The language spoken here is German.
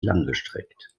langgestreckt